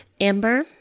Amber